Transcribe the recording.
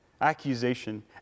accusation